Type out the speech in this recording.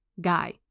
guy